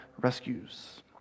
rescues